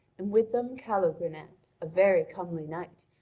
and with them calogrenant, a very comely knight,